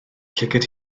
llygaid